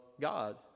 God